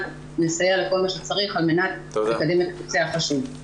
נסייע בכל מה שצריך על מנת לקדם את הנושא החשוב.